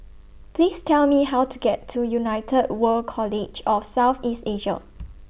Please Tell Me How to get to United World College of South East Asia